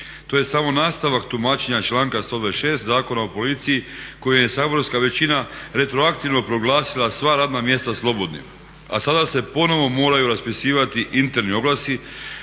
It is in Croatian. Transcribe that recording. To je samo nastavak tumačenja članka 126. Zakona o policiji kojim je saborska većina retroaktivno proglasila sva radna mjesta slobodnim, a sada se ponovo moraju raspisivati interni oglasi